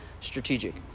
strategic